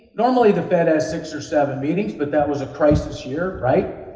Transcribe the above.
normally, the fed has six or seven meetings, but that was a crisis year, right?